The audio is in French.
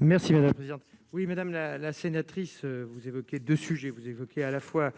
Merci madame oui madame la sénatrice, vous évoquez de sujets vous évoquez à la fois.